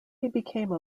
became